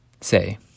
say